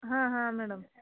ಹಾಂ ಹಾಂ ಮೇಡಮ್